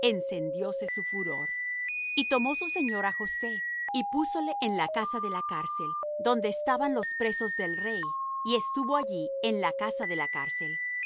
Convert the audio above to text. encendióse su furor y tomó su señor á josé y púsole en la casa de la cárcel donde estaban los presos del rey y estuvo allí en la casa de la cárcel